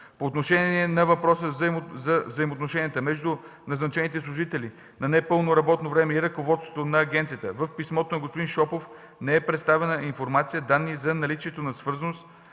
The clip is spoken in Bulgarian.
По отношение на въпроса за взаимоотношенията между назначените служители на непълно работно време и ръководството на агенцията – в писмото на господин Шопов не е представена информация или данни за наличието на свързаност,